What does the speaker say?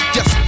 Yes